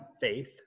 faith